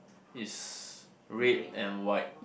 is red and white